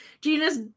genus